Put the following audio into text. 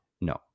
No